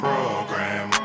Program